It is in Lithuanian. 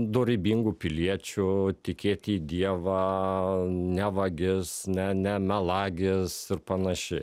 dorybingu piliečiu tikėt į dievą ne vagis ne ne melagis ir panašiai